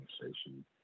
conversation